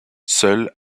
seul